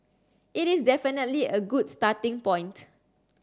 it is definitely a good starting point